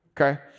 okay